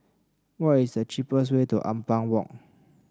what is the cheapest way to Ampang Walk